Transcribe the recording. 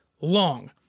long